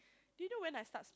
do you when I start school